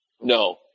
no